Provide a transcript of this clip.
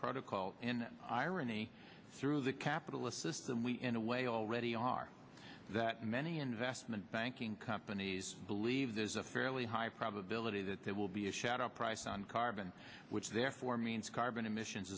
protocol and irony through the capitalist system we in a way already are that many investment banking companies believe there's a fairly high i probability that there will be a shadow price on carbon which therefore means carbon emissions